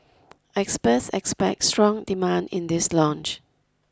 experts expect strong demand in this launch